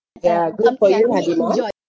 ya good for you we move on